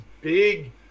big